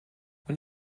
when